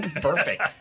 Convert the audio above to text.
perfect